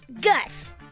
Gus